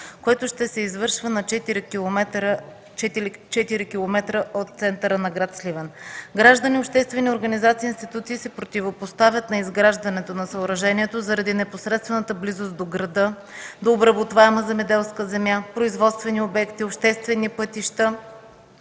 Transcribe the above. което ще се извършва на 4 км от центъра на град Сливен. Граждани, обществени организации и институции се противопоставят на изграждането на съоръжението заради непосредствената близост до града, до обработваема земеделска земя, производствени обекти, обществени пътища